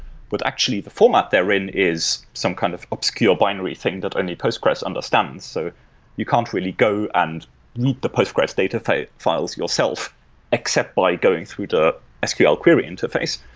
but actually the format they're in is some kind of obscure binary thing that only postgres understands. so you can't really go and move the postgres data files yourself except by going through the sql query interface.